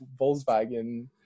Volkswagen